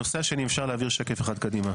הנושא השני, אם אפשר להעביר שקף אחד קדימה.